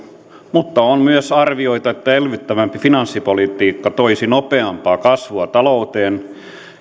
mutta on myös arvioitu että elvyttävämpi finanssipolitiikka toisi nopeampaa kasvua talouteen